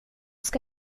ska